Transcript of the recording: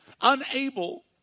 Unable